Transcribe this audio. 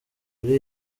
kuri